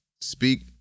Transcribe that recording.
speak